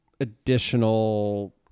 additional